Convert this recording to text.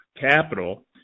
capital